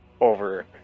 over